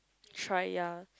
try ya